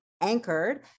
anchored